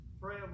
pray